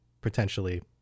potentially